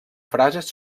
frases